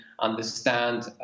understand